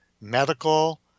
medical